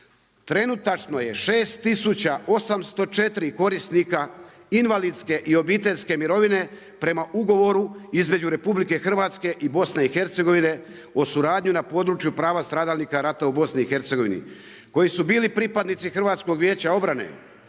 Trenutačno je 6 804 korisnika invalidske i obiteljske mirovine prema ugovoru između RH i BiH-a o suradnji na području prava stradalnika rata u BiH-a koji su bili pripadnici HVO-a i članova